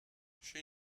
she